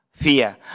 fear